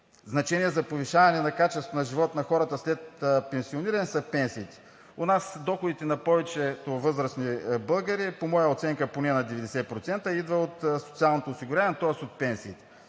значение за повишаване на качеството на живот на хората след пенсиониране са пенсиите. У нас доходите на повечето възрастни българи – по моя оценка поне на 90%, идва от социалното осигуряване, тоест от пенсиите.